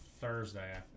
Thursday